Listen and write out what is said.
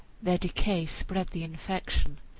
their decay spread the infection.